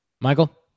michael